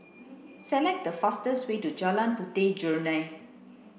select the fastest way to Jalan Puteh Jerneh